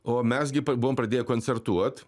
o mes gi buvom pradėję koncertuot